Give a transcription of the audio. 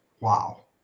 wow